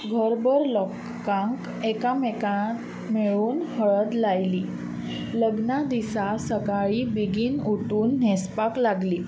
घरभर लोकांक एकामेकांक मेळून हळद लायली लग्ना दिसा सकाळीं बेगीन उटून न्हेंसपाक लागलीं